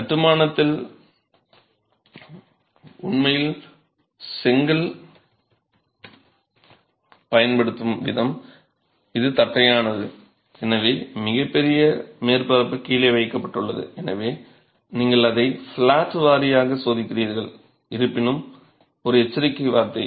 கட்டுமானத்தில் உண்மையில் செங்கல் பயன்படுத்தப்படும் விதம் இது தட்டையானது எனவே மிகப்பெரிய மேற்பரப்பு கீழே வைக்கப்பட்டுள்ளது எனவே நீங்கள் அதை ஃப்ளாட் வாரியாக சோதிக்கிறீர்கள் இருப்பினும் ஒரு எச்சரிக்கை வார்த்தை